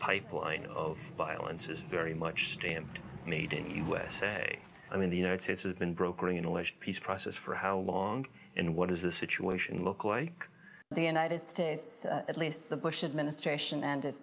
pipeline of violence is very much stamped made in usa i mean the united states has been broken english peace process for how long and what is the situation look like the united states at least the bush administration a